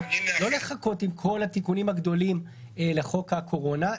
לא לחכות עם כל התיקונים הגדולים לחוק הקורונה,